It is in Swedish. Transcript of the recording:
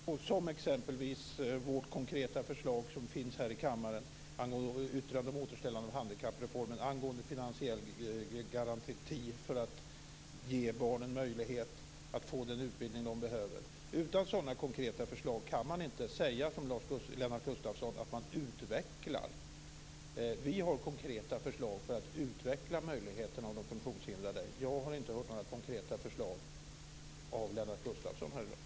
Fru talman! Jag tycker att det uttalade konkreta förslaget är en garanti, som exempelvis vårt konkreta förslag här i kammaren i yttrandet om återställande av handikappreformen, angående finansiell garanti för att ge barnen möjlighet att få den utbildning de behöver. Utan sådana konkreta förslag kan man inte som Lennart Gustavsson säga att man utvecklar. Vi har konkreta förslag för att utveckla möjligheterna för de funktionshindrade. Jag har inte hört några konkreta förslag från Lennart Gustavsson i dag.